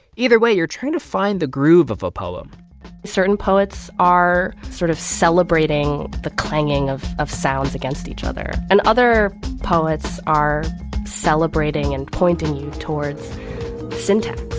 either way, you're trying to find the groove of a poem certain poets are sort of celebrating the clanging of of sounds against each other. and other poets are celebrating and pointing you towards syntax